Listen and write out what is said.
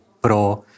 pro